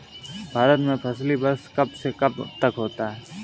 भारत में फसली वर्ष कब से कब तक होता है?